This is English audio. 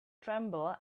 tremble